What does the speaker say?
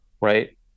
right